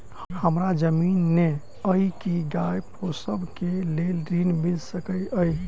हमरा जमीन नै अई की गाय पोसअ केँ लेल ऋण मिल सकैत अई?